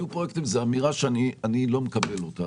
יהיו פרויקטים, זאת אמירה שאני לא מקבל אותה.